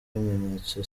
ibimenyetso